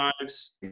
lives